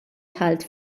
dħalt